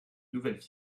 nouvelles